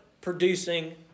producing